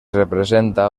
representa